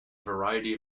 variety